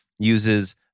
uses